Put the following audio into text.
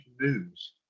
news